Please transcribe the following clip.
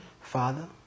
Father